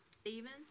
Stevens